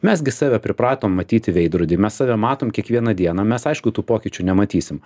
mes gi save pripratom matyti veidrody mes save matom kiekvieną dieną mes aišku tų pokyčių nematysim